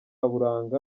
buranga